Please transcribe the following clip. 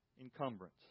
encumbrance